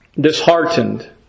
disheartened